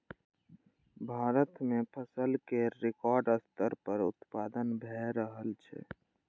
भारत मे फसल केर रिकॉर्ड स्तर पर उत्पादन भए रहल छै